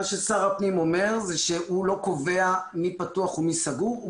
מה ששר הפנים אומר זה שהוא לא קובע מי פתוח ומי סגור.